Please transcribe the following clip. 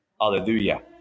Hallelujah